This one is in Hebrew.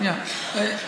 יכול לתת מענה לחלק גדול.